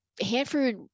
Hanford